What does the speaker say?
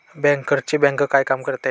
बँकर्सची बँक काय काम करते?